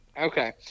Okay